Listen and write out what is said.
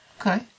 Okay